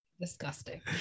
Disgusting